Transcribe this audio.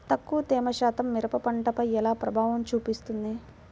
తక్కువ తేమ శాతం మిరప పంటపై ఎలా ప్రభావం చూపిస్తుంది?